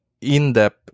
in-depth